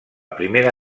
primera